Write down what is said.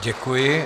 Děkuji.